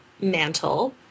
mantle